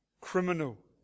criminal